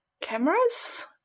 cameras